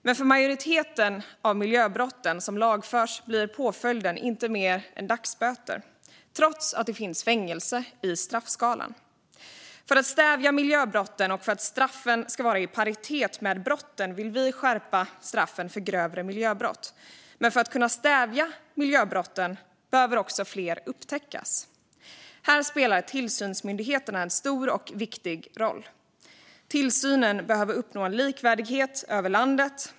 Men för majoriteten av de miljöbrott som lagförs blir påföljden inte mer än dagsböter, trots att fängelse finns i straffskalan. För att stävja miljöbrotten och för att straffen ska vara i paritet med brotten vill vi skärpa straffen för grövre miljöbrott. Men för att miljöbrotten ska kunna stävjas behöver också fler upptäckas. Här spelar tillsynsmyndigheterna en stor och viktig roll. Tillsynen behöver uppnå likvärdighet över landet.